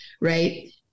right